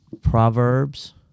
Proverbs